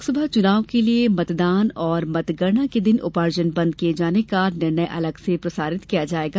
लोकसभा चुनाव के लिये मतदान और मतगणना के दिन उपार्जन बंद किये जाने का निर्णय अलग से प्रसारित किया जाएगा